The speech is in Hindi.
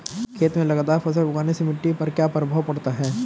खेत में लगातार फसल उगाने से मिट्टी पर क्या प्रभाव पड़ता है?